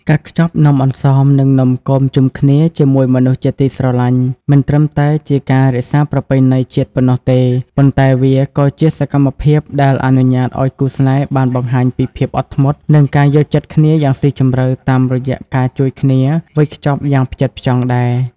ការខ្ចប់នំអន្សម និងនំគមជុំគ្នាជាមួយមនុស្សជាទីស្រឡាញ់ មិនត្រឹមតែជាការរក្សាប្រពៃណីជាតិប៉ុណ្ណោះទេ ប៉ុន្តែវាក៏ជាសកម្មភាពដែលអនុញ្ញាតឱ្យគូស្នេហ៍បានបង្ហាញពីភាពអត់ធ្មត់ និងការយល់ចិត្តគ្នាយ៉ាងស៊ីជម្រៅតាមរយៈការជួយគ្នាវេចខ្ចប់យ៉ាងផ្ចិតផ្ចង់ដែរ។